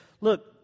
look